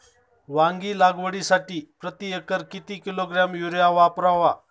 वांगी लागवडीसाठी प्रती एकर किती किलोग्रॅम युरिया वापरावा?